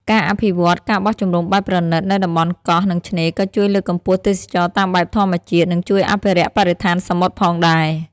ការអភិវឌ្ឍ ការបោះជំរំបែបប្រណីត នៅតំបន់កោះ និងឆ្នេរ ក៏ជួយលើកកម្ពស់ទេសចរណ៍តាមបែបធម្មជាតិ និងជួយអភិរក្សបរិស្ថានសមុទ្រផងដែរ។